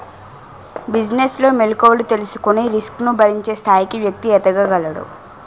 business లో మెలుకువలు తెలుసుకొని రిస్క్ ను భరించే స్థాయికి వ్యక్తి ఎదగగలడు